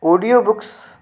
audiobooks